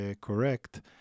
correct